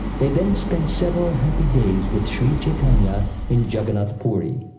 they then spent several happy days with shri chaitanya in jagannath puri.